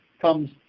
comes